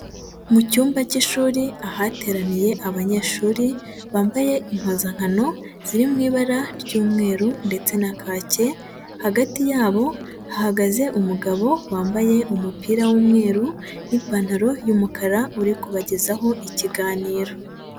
Mu cyumba cy'ishuri ahateraniye abanyeshuri bambaye impuzankano ziri mu ibara ry'umweru ndetse na kake, hagati yabo hahagaze umugabo wambaye umupira w'umweru n'ipantaro y'umukara uri kubagezaho ikiganiro.